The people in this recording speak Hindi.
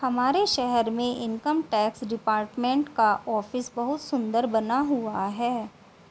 हमारे शहर में इनकम टैक्स डिपार्टमेंट का ऑफिस बहुत सुन्दर बना हुआ है